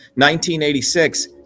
1986